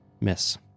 Miss